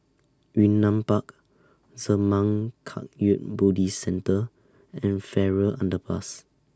Yunnan Park Zurmang Kagyud Buddhist Centre and Farrer Underpass